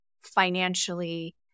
financially